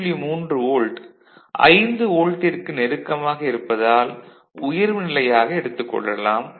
3 volt 5 வோல்ட்டிற்கு நெருக்கமாக இருப்பதால் உயர்வு நிலையாக எடுத்துக் கொள்ளலாம்